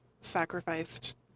sacrificed